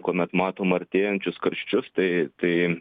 kuomet matom artėjančius karščius tai tai